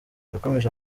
yakomeje